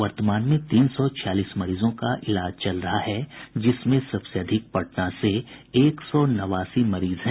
वर्तमान में तीन सौ छियालीस मरीजों का इलाज चल रहा है जिसमें सबसे अधिक पटना से एक सौ नवासी मरीज हैं